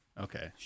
Okay